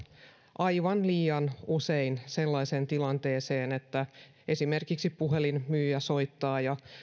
aivan liian usein sellaiseen tilanteeseen että esimerkiksi puhelinmyyjä soittaa ja